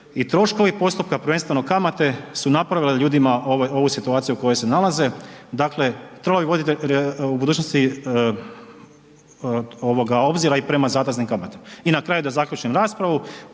troškovi postupka, prvenstveno kamate su napravile ljudima ovu situaciju u kojoj se nalaze. Dakle, treba voditi u budućnosti obzira i prema zateznim kamatama. I na kraju, da zaključim raspravu,